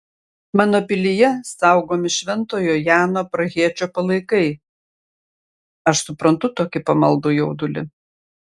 mano pilyje saugomi šventojo jano prahiečio palaikai aš suprantu tokį pamaldų jaudulį